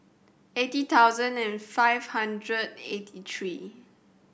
eighty thousand and five hundred eighty three